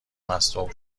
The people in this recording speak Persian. مصدوم